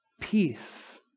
peace